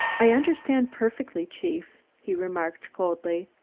i understand perfectly, chief, he remarked coldly.